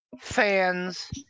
fans